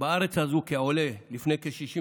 בארץ הזו כעולה לפני כ-60 שנה,